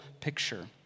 picture